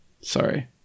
Sorry